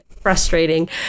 frustrating